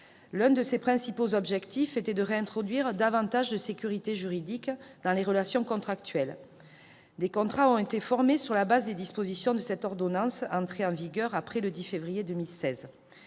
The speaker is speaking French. L'un de ses principaux objectifs était de réintroduire davantage de sécurité juridique dans les relations contractuelles. Des contrats ont été formés sur la base des dispositions de cette ordonnance, entrée en vigueur le 1 octobre 2016,